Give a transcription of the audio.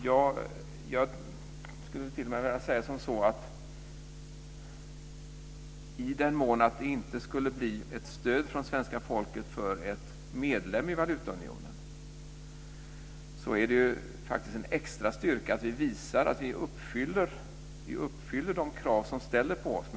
Jag skulle t.o.m. vilja säga att i den mån det inte skulle bli ett stöd från svenska folket för ett medlemskap i valutaunionen är det en extra styrka att vi visar att vi uppfyller de krav som ställs på oss.